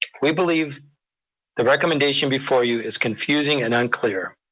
we believe the recommendation before you is confusing and unclear.